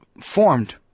formed